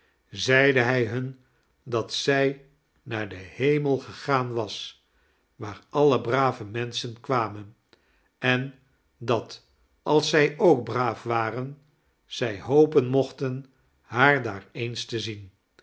zeide hij hun dat zij naar den hemel gegaan was waar alle brave menschen kwamen en dat als zij ook braaf waren zij hopen mochten haar daar eens te zien